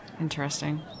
Interesting